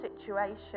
situation